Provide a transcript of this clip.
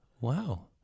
Wow